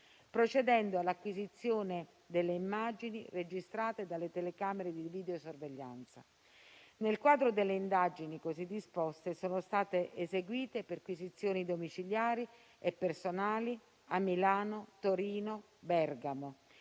procedendo all'acquisizione delle immagini registrate dalle telecamere di videosorveglianza. Nel quadro delle indagini così disposte sono state eseguite perquisizioni domiciliari e personali a Milano, Torino e Bergamo